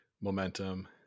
momentum